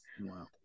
Wow